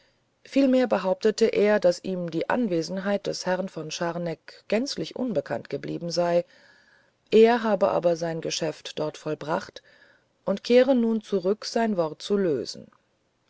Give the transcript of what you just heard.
vielmehr behauptete er daß ihm die anwesenheit des herrn von scharneck gänzlich unbekannt geblieben sei er habe aber sein geschäft dort vollbracht und kehre nun zurück sein wort zu lösen